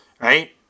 right